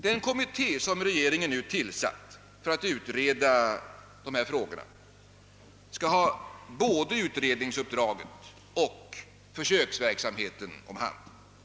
Den kommitté som regeringen nu tillsatt för att utreda dessa frågor skall ha både utredningsuppdraget och försöksverksamheten om hand.